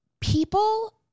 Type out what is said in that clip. People